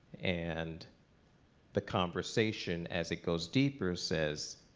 and the conversation, as it goes deeper, says,